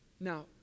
Now